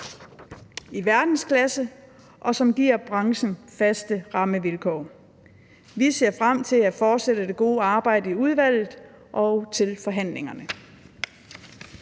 i verdensklasse, og som giver branchen faste rammevilkår. Vi ser frem til at fortsætte det gode arbejde i udvalget og til forhandlingerne.